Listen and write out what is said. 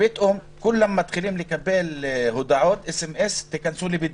ופתאום כולם מתחילים לקבל הודעות סמ"ס להיכנס לבידוד.